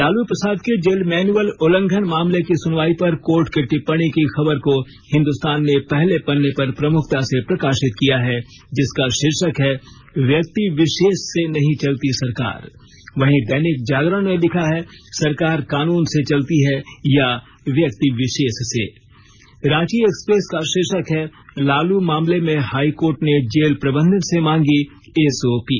लालू प्रसाद के jail manual उल्लंघन मामले की सुनवाई पर कोर्ट की टिप्पणी की खबर को हिंदुस्तान ने पहले पन्ने पर प्रमुखता से प्रकाशित किया है जिसका शीर्षक है व्यक्ति विशेष से नहीं चलती सरकार वहीं दैनिक जागरण ने लिखा है सरकार कानून से चलती है या व्यक्ति विशेष से रांची एक्सप्रेस का शीर्षक है लालू मामले में हाई कोर्ट ने जेल प्रबंधन से मांगी एसओपी